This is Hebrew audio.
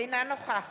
בבקשה.